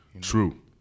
True